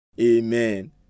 Amen